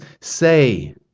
say